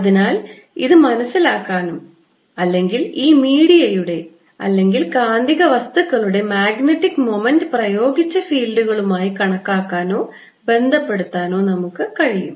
അതിനാൽ ഇത് മനസ്സിലാക്കാനും അല്ലെങ്കിൽ ഈ മീഡിയയുടെ അല്ലെങ്കിൽ കാന്തിക വസ്തുക്കളുടെ മാഗ്നറ്റിക് മൊമെന്റ് പ്രയോഗിച്ച ഫീൽഡുകളുമായി കണക്കാക്കാനോ ബന്ധപ്പെടുത്താനോ നമുക്ക് കഴിയും